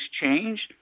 changed